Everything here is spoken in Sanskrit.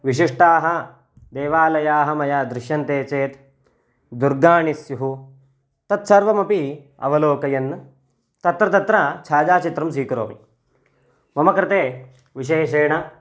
विशिष्टाः देवालयाः मया दृश्यन्ते चेत् दुर्गाणि स्युः तत्सर्वमपि अवलोकयन् तत्र तत्र छायाचित्रं स्वीकरोमि मम कृते विशेषेण